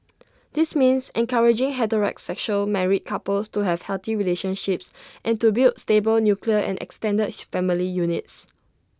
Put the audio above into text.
this means encouraging heterosexual married couples to have healthy relationships and to build stable nuclear and extended family units